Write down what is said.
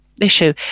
issue